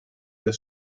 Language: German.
des